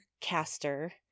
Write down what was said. Caster